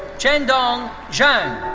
chendong zhang.